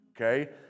okay